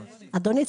אדוני,